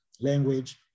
Language